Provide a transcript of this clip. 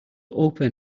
open